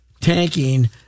tanking